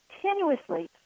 continuously